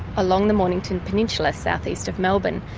along the mornington peninsula south-east of melbourne,